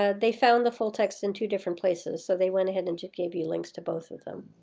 ah they found the full-text in two different places, so they went ahead and gave you links to both of them.